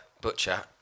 Butcher